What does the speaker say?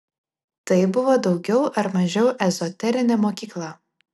tai buvo daugiau ar mažiau ezoterinė mokykla